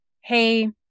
Hey